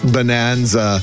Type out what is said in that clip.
Bonanza